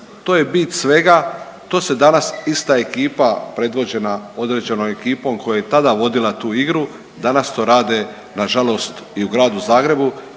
to je bit svega, to se danas ista ekipa predvođena određenom ekipom koja je i tada vodila tu igru danas to rade nažalost i u Gradu Zagrebu